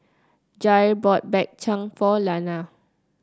Jair bought Bak Chang for Launa